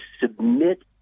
submit